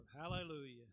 hallelujah